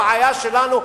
הבעיה שלנו,